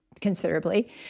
considerably